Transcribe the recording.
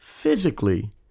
physically